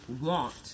want